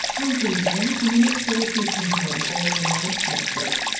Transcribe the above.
i'm julie browning and we look forward to your company on all in the mind next week.